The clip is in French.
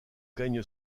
gagne